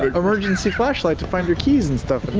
emergency flashlight to find your keys and stuff.